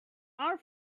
are